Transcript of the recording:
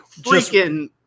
freaking